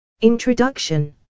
Introduction